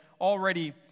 already